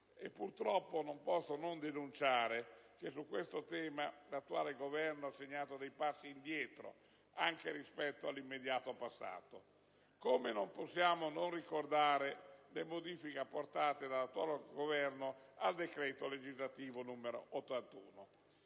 purtroppo, non posso non denunciare che su questo tema l'attuale Governo ha segnato dei passi indietro anche rispetto all'immediato passato. Come non possiamo non ricordare le modifiche apportate dall'attuale Governo al decreto legislativo n. 81